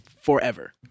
forever